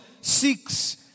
seeks